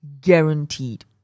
guaranteed